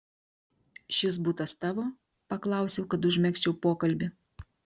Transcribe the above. šis butas tavo paklausiau kad užmegzčiau pokalbį